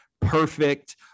perfect